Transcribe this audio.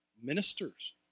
ministers